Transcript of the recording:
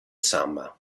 samma